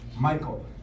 Michael